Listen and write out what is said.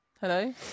Hello